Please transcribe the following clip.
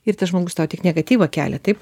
ir tas žmogus tau tik negatyvą kelią taip